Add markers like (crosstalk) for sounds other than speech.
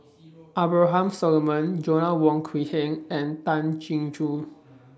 (noise) Abraham Solomon Joanna Wong Quee Heng and Tan Chin Joo